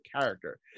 character